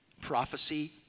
prophecy